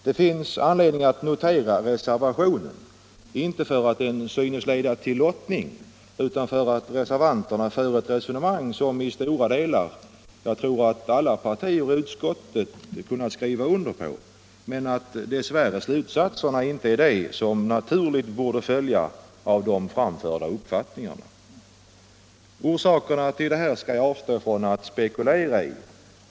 Det finns anledning att notera reservationen, inte därför att den synes leda till lottning utan därför att reservanterna för ett resonemang som jag tror att alla partiers företrädare i utskottet i stora delar kunnat skriva under på, men dessvärre är slutsatserna inte de som naturligen borde följa av de framförda uppfattningarna. Orsaken till detta skall jag avstå från att spekulera över.